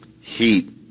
heat